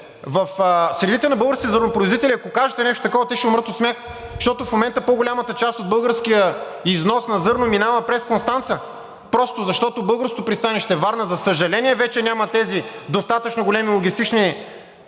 в средите на българските зърнопроизводители, ако кажете нещо такова, те ще умрат от смях, защото в момента по-голямата част от българския износ на зърно минава през Констанца, просто защото българското пристанище Варна, за съжаление, вече няма тези достатъчно големи логистични